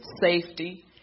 safety